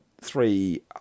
three